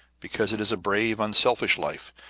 because it is a brave, unselfish life,